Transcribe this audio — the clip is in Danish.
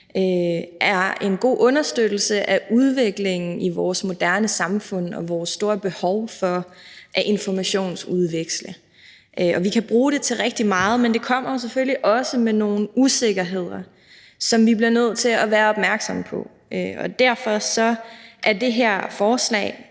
er en god understøttelse af udviklingen i vores moderne samfund og for vores store behov for at informationsudveksle, og vi kan bruge det til rigtig meget. Men det kommer selvfølgelig også med nogle usikkerheder, som vi bliver nødt til at være opmærksomme på. Derfor er det her forslag